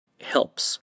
helps